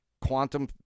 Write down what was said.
quantum